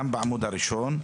גם בעמוד הראשון,